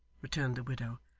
returned the widow,